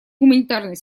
гуманитарной